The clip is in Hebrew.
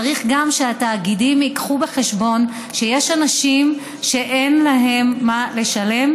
צריך שגם התאגידים ייקחו בחשבון שיש אנשים שאין להם מה לשלם,